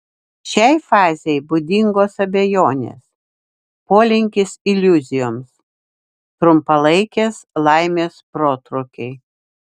šiai fazei būdingos abejonės polinkis iliuzijoms trumpalaikės laimės protrūkiai